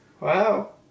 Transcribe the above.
Wow